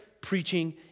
preaching